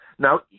Now